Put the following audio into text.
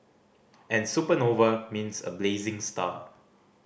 and supernova means a blazing star